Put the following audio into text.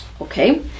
okay